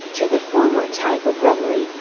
to the former type of reverie,